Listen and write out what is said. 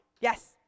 yes